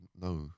No